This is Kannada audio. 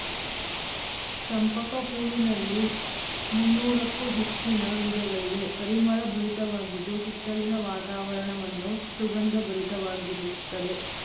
ಚಂಪಕ ಹೂವಿನಲ್ಲಿ ಮುನ್ನೋರಕ್ಕು ಹೆಚ್ಚಿನ ವಿಧಗಳಿವೆ, ಪರಿಮಳ ಭರಿತವಾಗಿದ್ದು ಸುತ್ತಲಿನ ವಾತಾವರಣವನ್ನು ಸುಗಂಧ ಭರಿತವಾಗಿರುತ್ತದೆ